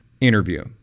interview